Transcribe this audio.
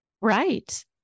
Right